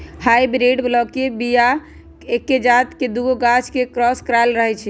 hybrid बलौकीय बीया एके जात के दुगो गाछ के क्रॉस कराएल रहै छै